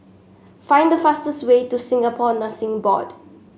find the fastest way to Singapore Nursing Board